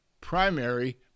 primary